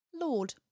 Lord